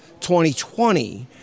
2020